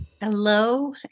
Hello